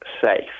safe